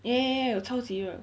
ya ya ya 有超级热